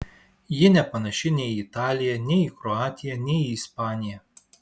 ji nepanaši nei į italiją nei į kroatiją nei į ispaniją